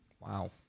Wow